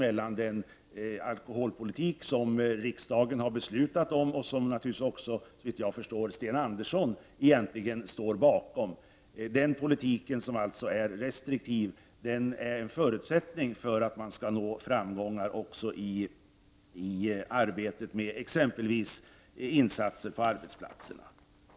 Den restriktiva alkoholpolitik som riksdagen har beslutat om, och som såvitt jag förstår också Sten Andersson i Malmö egentligen står bakom, är en förutsättning för att man skall nå framgångar i arbetet med exempelvis insatser på arbetsplatserna.